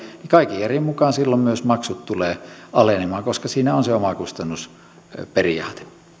niin kaiken järjen mukaan silloin myös maksut tulevat alenemaan koska siinä on se omakustannusperiaate